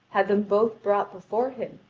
had them both brought before him,